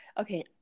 Okay